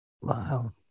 Wow